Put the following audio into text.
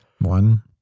One